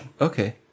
Okay